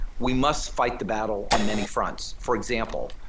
we must fight the battle on many fronts. for example,